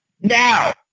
Now